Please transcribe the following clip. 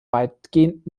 weitgehend